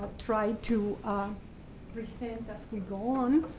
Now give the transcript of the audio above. try to present as we go on.